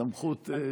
מציע.